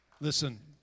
Listen